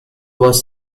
was